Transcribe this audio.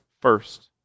first